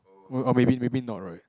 uh maybe maybe maybe not right